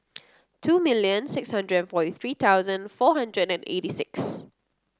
two million six hundred forty three thousand four hundred and eighty six